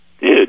Dude